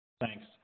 Thanks